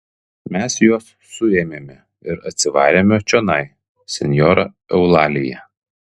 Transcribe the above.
mes juos suėmėme ir atsivarėme čionai senjora eulalija